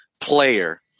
player